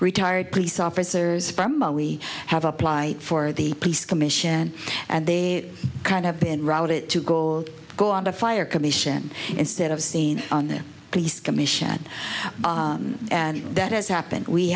retired police officers from oh we have applied for the police commission and they kind of been routed to gold go under fire commission instead of seen on their police commission and that has happened we